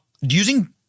using